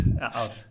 out